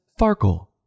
Farkle